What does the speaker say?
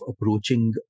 approaching